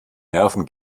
nerven